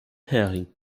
hering